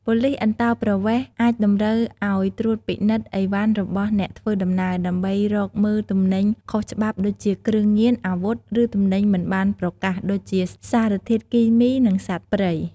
ប៉ូលិសអន្តោប្រវេសន៍ អាចតម្រូវឱ្យត្រួតពិនិត្យឥវ៉ាន់របស់អ្នកធ្វើដំណើរ ដើម្បីរកមើលទំនិញខុសច្បាប់ ដូចជា គ្រឿងញៀន អាវុធ ឬទំនិញមិនបានប្រកាស ដូចជា សារធាតុគីមី និងសត្វព្រៃ។